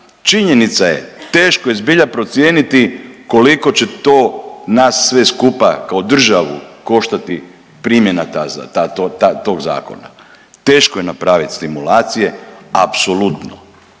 Činjenica je, teško je zbilja procijeniti koliko će to nas sve skupa kao državu koštati primjena tog Zakona, teško je napraviti simulacije, apsolutno.